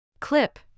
Clip